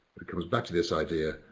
it comes back to this idea,